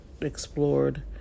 explored